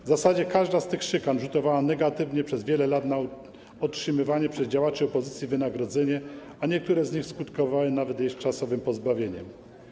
W zasadzie każda z tych szykan rzutowała negatywnie przez wiele lat na otrzymywane przez działaczy opozycji wynagrodzenie, a niektóre z nich skutkowały nawet jego czasowym pozbawieniem.